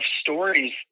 stories